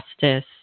justice